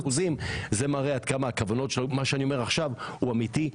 וזה מראה עד כמה מה שאני אומר עכשיו הוא אמתי.